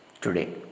today